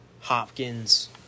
Hopkins